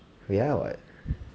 we are [what]